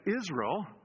Israel